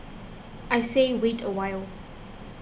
I say wait a while